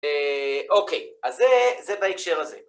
אוקיי, אז זה, זה בהקשר הזה.